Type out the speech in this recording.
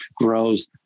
grows